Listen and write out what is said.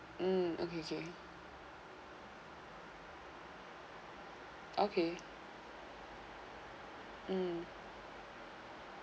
mm okay K okay um